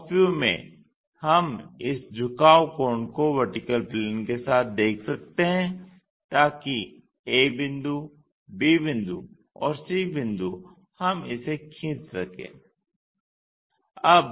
top view में हम इस झुकाव कोण को VP के साथ देख सकते हैं ताकि a बिंदु b बिंदु और c बिंदु हम इसे खींच सकें